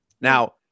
now